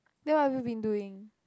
then what have you been doing